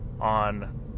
on